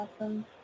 awesome